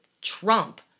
Trump